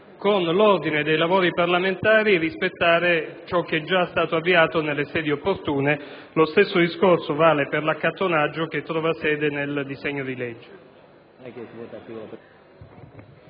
con l'ordine dei lavori parlamentari rispettare quanto è già stato avviato nelle sedi opportune e lo stesso vale per l'accattonaggio che trova sede nel disegno di legge.